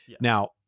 Now